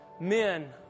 men